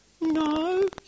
No